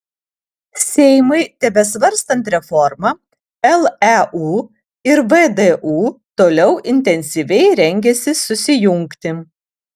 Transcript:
seimui tebesvarstant reformą leu ir vdu toliau intensyviai rengiasi susijungti